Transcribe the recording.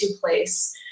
place